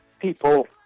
people